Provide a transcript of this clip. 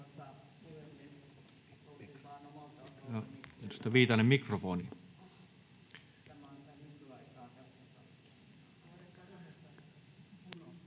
Kiitos.